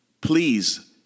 Please